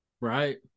Right